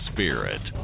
Spirit